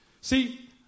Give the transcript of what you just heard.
See